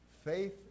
Faith